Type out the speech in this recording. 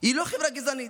היא לא חברה גזענית.